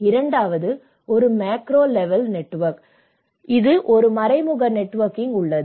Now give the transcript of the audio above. இரண்டாவது ஒரு macro level நெட்வொர்க்குடன் உள்ளது இது ஒரு மறைமுக நெட்வொர்க்கிங் உள்ளது